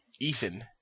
Ethan